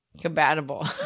compatible